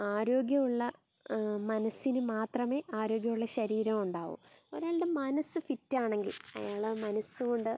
ആരോഗ്യമുള്ള മനസ്സിനു മാത്രമേ ആരോഗ്യമുള്ള ശരീരം ഉണ്ടാവൂ ഒരാളുടെ മനസ്സ് ഫിറ്റാണെങ്കിൽ അയാൾ മനസ്സ് കൊണ്ട്